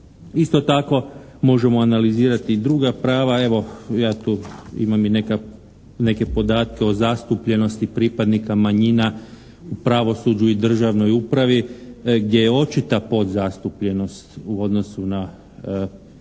Isto tako, možemo analizirati i druga prava. Evo, ja tu imam i neke podatke o zastupljenosti pripadnika manjina u pravosuđu i državnoj upravi gdje je očita podzastupljenost u odnosu na Ustavni